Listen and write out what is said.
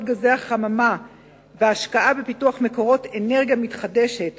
גזי החממה וההשקעה בפיתוח מקורות אנרגיה מתחדשת